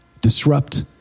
Disrupt